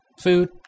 food